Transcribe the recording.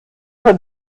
zur